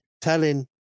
telling